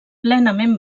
plenament